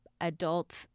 adults